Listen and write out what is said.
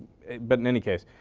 but in any case.